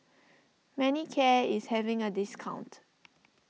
Manicare is having a discount